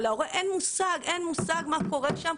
ולהורה אין מושג מה קורה שם.